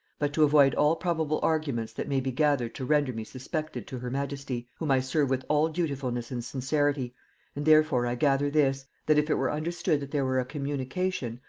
but to avoid all probable arguments that may be gathered to render me suspected to her majesty, whom i serve with all dutifulness and sincerity and therefore i gather this, that if it were understood that there were a communication,